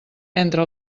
entre